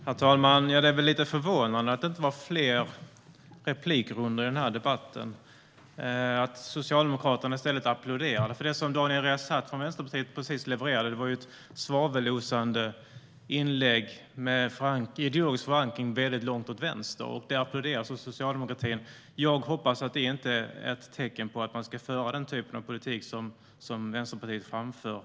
Herr talman! Jag blev lite förvånad över att det inte var fler replikrundor i den här debatten, att socialdemokraterna i stället applåderade. Det som Daniel Riazat från Vänsterpartiet precis levererade var ju ett svavelosande inlägg med ideologisk förankring mycket långt åt vänster, men det applåderades alltså av socialdemokratin. Jag hoppas att det inte är ett tecken på att man kommer att föra den typen av politik som Vänsterpartiet framför.